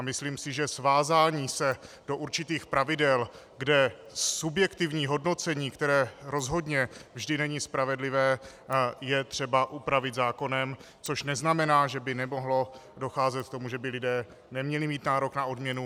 Myslím si, že svázání se do určitých pravidel, kde subjektivní hodnocení, které rozhodně není vždy spravedlivé, je třeba upravit zákonem, což neznamená, že by nemohlo docházet k tomu, že by lidé neměli mít nárok na odměnu.